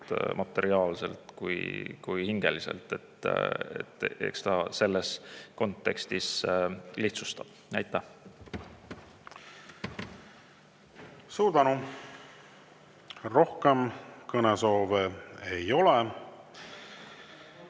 materiaalselt kui ka hingeliselt – eks ta selles kontekstis lihtsustub. Aitäh! Suur tänu! Rohkem kõnesoove ei ole.